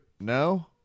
no